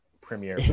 premiere